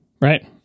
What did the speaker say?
right